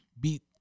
beat